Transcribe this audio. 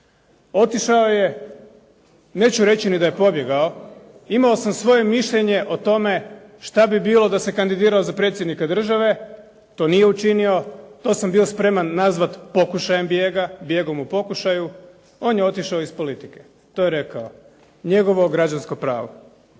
Otišao je, neću reći ni da je pobjegao. Imao sam svoje mišljenje o tome šta bi bilo da se kandidirao za predsjednika države. To nije učinio, to sam bio spreman nazvati pokušajem bijega, bijegom u pokušaju. On je otišao iz politike, to je rekao. Njegovo građansko pravo.